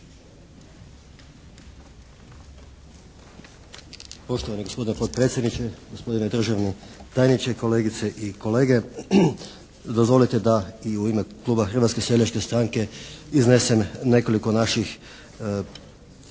Poštovani potpredsjedniče, gospodine državni tajniče, kolegice i kolege. Dozvolite da i u ime Kluba Hrvatske seljačke stranke iznesem nekoliko naših opservacija